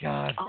God